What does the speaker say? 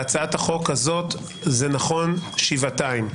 בהצעת החוק הזאת זה נכון שבעתיים,